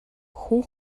хүн